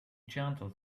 gentle